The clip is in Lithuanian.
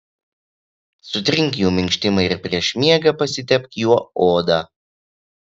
sutrink jų minkštimą ir prieš miegą pasitepk juo odą